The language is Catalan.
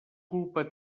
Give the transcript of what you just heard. culpa